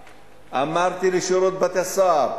אמרתי: לשירות בתי-סוהר.